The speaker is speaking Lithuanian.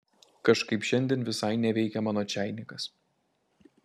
kažkaip šiandien visai neveikia mano čeinikas